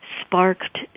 sparked